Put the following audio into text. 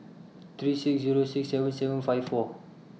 three six Zero six seven seven five four